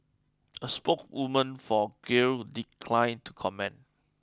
a spokeswoman for Grail declined to comment